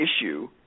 issue